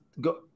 go